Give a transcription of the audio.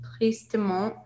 Tristement